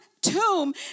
tomb